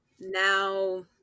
Now